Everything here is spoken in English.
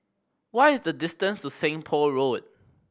what is the distance to Seng Poh Road